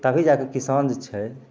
तभी जाके किसान जे छै